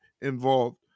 involved